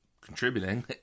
contributing